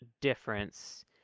difference